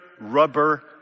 rubber